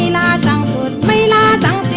ah da da da da